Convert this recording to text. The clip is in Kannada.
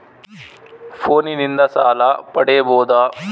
ಫೋನಿನಿಂದ ಸಾಲ ಪಡೇಬೋದ?